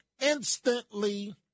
instantly